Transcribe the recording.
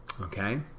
Okay